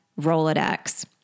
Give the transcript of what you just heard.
Rolodex